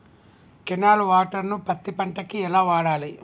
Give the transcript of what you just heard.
Canal water ను పత్తి పంట కి ఎలా వాడాలి?